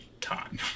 time